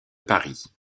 paris